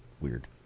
weird